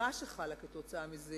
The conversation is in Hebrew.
הפריחה שחלה כתוצאה מזה